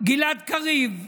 גלעד קריב,